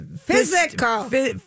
physical